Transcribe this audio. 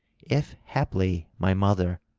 if haply my mother,